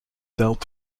dealt